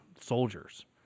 soldiers